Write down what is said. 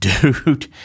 Dude